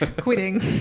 quitting